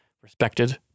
respected